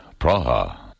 Praha